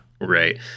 Right